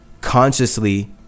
consciously